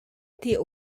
die